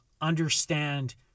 understand